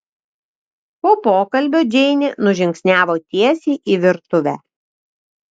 po pokalbio džeinė nužingsniavo tiesiai į virtuvę